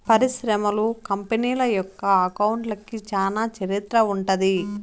పరిశ్రమలు, కంపెనీల యొక్క అకౌంట్లకి చానా చరిత్ర ఉంటది